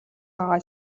байгаа